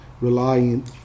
relying